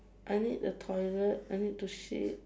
I need the toilet I need to shit